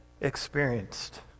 experienced